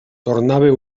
tornava